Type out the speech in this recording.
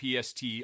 PST